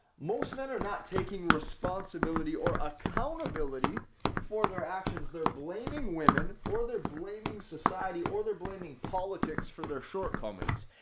most men are not taking responsibility or accountability for their actions. they're blaming women, or they're blaming society, or they're blaming politics for their shortcomings.